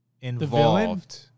involved